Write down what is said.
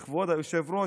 כבוד היושב-ראש,